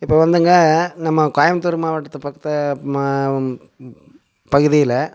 இப்போ வந்துங்க நம்ம கோயமுத்தூர் மாவட்டத்தை பொறுத்த ம பகுதியில்